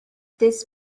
this